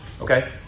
Okay